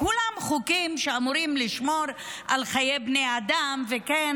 כולם חוקים שאמורים לשמור על חיי בני אדם וכן